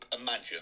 imagine